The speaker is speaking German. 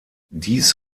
dies